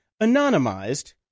anonymized